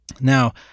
Now